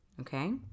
okay